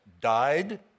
died